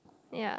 ya